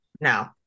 no